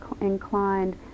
inclined